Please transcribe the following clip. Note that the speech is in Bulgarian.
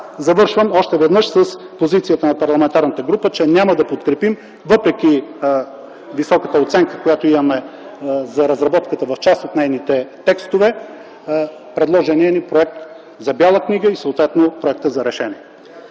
завършвам още веднъж с позицията на парламентарната група, че няма да подкрепим, въпреки високата оценка, която имаме за разработката – в част от нейните текстове, предложения ни проект за Бяла книга и съответно проекта за решение.